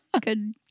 Good